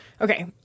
okay